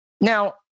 Now